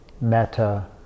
meta